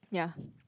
ya